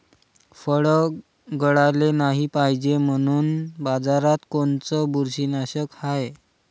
फळं गळाले नाही पायजे म्हनून बाजारात कोनचं बुरशीनाशक हाय?